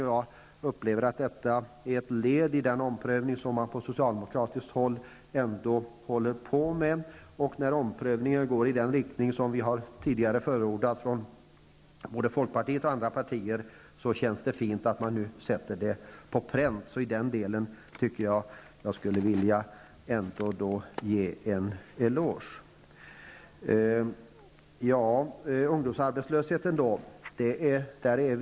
Jag upplever att detta är ett led i den omprövning som man på socialdemokratiskt håll ändå håller på med. När omprövningen går i den riktning som vi tidigare har förordat från folkpartiet och andra partier känns det fint att det nu sätts på pränt. Jag vill därför ge en eloge till socialdemokraterna för detta.